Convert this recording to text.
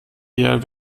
eher